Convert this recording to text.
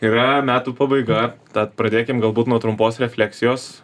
yra metų pabaiga tad pradėkime galbūt nuo trumpos refleksijos